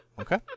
Okay